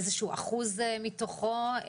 איזשהו אחוז מתוכו,